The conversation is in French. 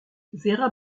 vera